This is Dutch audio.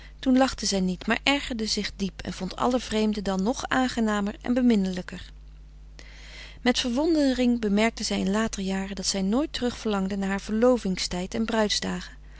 toen lachte zij niet maar ergerde zich diep en vond alle vreemden dan nog aangenamer en beminnelijker met verwondering bemerkte zij in later jaren dat zij nooit terug verlangde naar haar verlovings tijd en